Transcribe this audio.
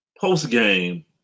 post-game